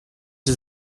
die